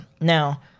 Now